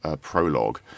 prologue